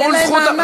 כי אין להם מעמד.